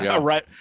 Right